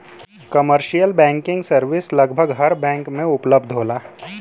commercial banking service लगभग हर bank में उपलब्ध होला